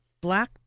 Black